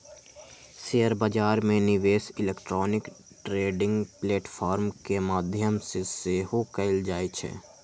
share बजार में निवेश इलेक्ट्रॉनिक ट्रेडिंग प्लेटफॉर्म के माध्यम से सेहो कएल जाइ छइ